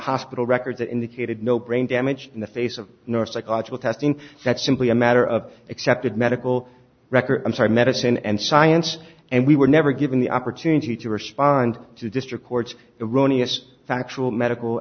hospital records that indicated no brain damage in the face of nor psychological testing that's simply a matter of accepted medical records i'm sorry medicine and science and we were never given the opportunity to respond to district courts rony as factual medical